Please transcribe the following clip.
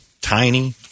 tiny